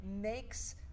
makes